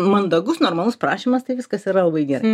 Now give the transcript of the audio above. mandagus normalus prašymas tai viskas yra labai gerai